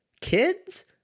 kids